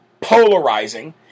polarizing